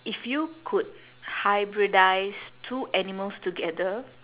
if you could hybridise two animals together